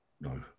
No